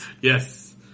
Yes